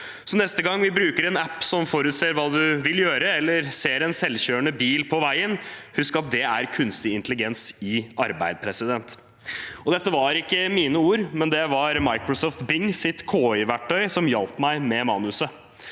neste gang vi bruker en app som forutser hva du vil gjøre, eller ser en selvkjørende bil på veien, husk at det er kunstig intelligens i arbeid. Dette var ikke mine ord – det var Microsoft Bings KIverktøy som hjalp meg med manuset.